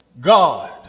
God